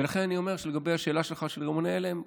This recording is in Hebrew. ולכן אני אומר שלגבי השאלה שלך של רימוני הלם,